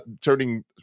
turning